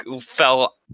fell